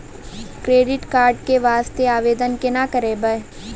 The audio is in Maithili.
क्रेडिट कार्ड के वास्ते आवेदन केना करबै?